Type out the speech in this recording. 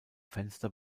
fenster